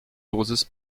dosis